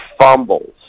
fumbles